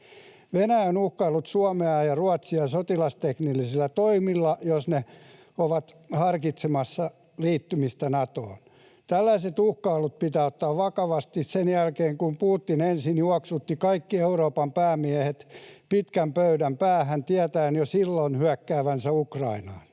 Venäjä on uhkaillut Suomea ja Ruotsia ”sotilasteknillisillä” toimilla, jos ne ovat harkitsemassa liittymistä Natoon. Tällaiset uhkailut pitää ottaa vakavasti sen jälkeen, kun Putin juoksutti kaikki Euroopan päämiehet pitkän pöydän päähän tietäen jo silloin hyökkäävänsä Ukrainaan.